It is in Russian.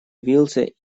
явился